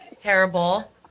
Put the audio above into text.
Terrible